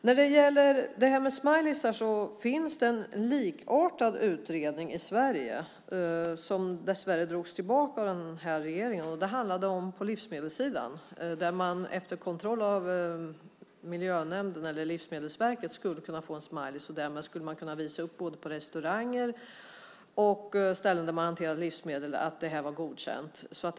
När det gäller smileys fanns det en likartad utredning i Sverige som dessvärre drogs tillbaka av regeringen. Det gällde livsmedel. Efter kontroll av miljönämnd eller Livsmedelsverket skulle man få en smiley och därmed på restauranger och ställen där man hanterar livsmedel kunna visa upp att man fått godkänt.